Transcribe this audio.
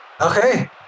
Okay